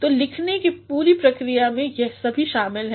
तो लिखना की पूरी प्रक्रिया में यह सभी शामिल है